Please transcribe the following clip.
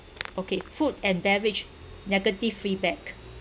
okay food and beverage negative feedback